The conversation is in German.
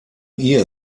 ihr